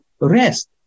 rest